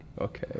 Okay